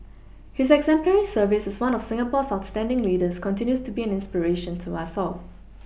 his exemplary service as one of Singapore's outstanding leaders continues to be an inspiration to us all